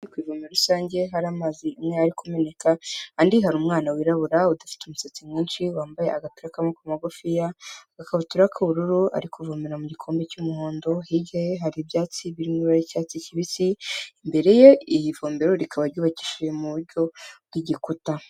Ivomero rusange hari amazi amwe ari kumeneka andi hari umwana wirabura udafite umusatsi mwinshi wambaye agapira k'amagufiya agakabutura k'ubururu arivomera mu gikombe cy'umuhondo hirya ye hari ibyatsi birimo icyatsi kibisi, imbere ye iyi vumbero rikaba ryubakishije muburyo bw'igikuta.